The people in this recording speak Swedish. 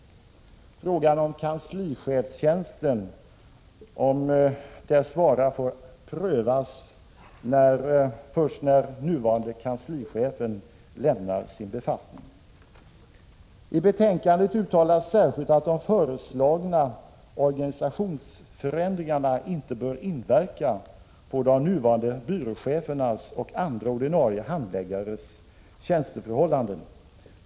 Frågan om kanslichefstjänstens bestånd får prövas när den nuvarande kanslichefen lämnar sin befattning. I betänkandet uttalas särskilt att de föreslagna organisationsförändringarna inte bör inverka på de nuvarande byråchefernas och andra ordinarie handläggares tjänsteförhållanden.